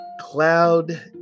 Cloud